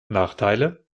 nachteile